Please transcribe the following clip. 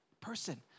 person